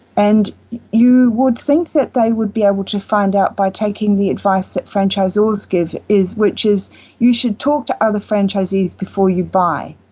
and you would think that they would be able to find out by taking the advice that franchisors give, which is you should talk to other franchisees before you buy.